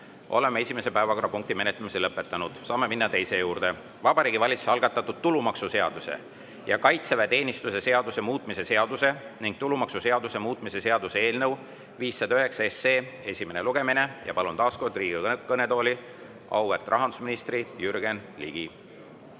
Oleme esimese päevakorrapunkti menetlemise lõpetanud. Saame minna teise [päevakorrapunkti] juurde: Vabariigi Valitsuse algatatud tulumaksuseaduse ja kaitseväeteenistuse seaduse muutmise seaduse ning tulumaksuseaduse muutmise seaduse eelnõu 509 esimene lugemine. Palun taas kord Riigikogu kõnetooli auväärt rahandusministri Jürgen Ligi.